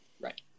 Right